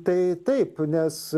tai taip nes